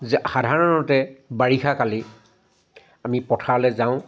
যে সাধাৰণতে বাৰিষা কালি আমি পথাৰলৈ যাওঁ